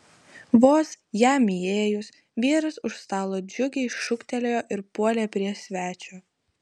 vos jam įėjus vyras už stalo džiugiai šūktelėjo ir puolė prie svečio